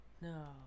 no